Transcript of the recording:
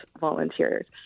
volunteers